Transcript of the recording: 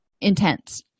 intense